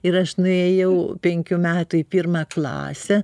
ir aš nuėjau penkių metų į pirmą klasę